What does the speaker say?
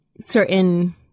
certain